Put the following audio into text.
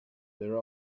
their